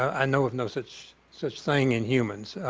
i know of no such such thing in humans.